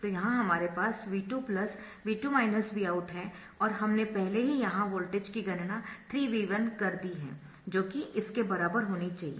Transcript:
तो यहाँ हमारे पास V2 V2 Vout है और हमने पहले ही यहाँ वोल्टेज की गणना 3V1 कर दी है जो कि इसके बराबर होनी चाहिए